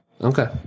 okay